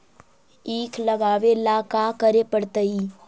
ईख लगावे ला का का करे पड़तैई?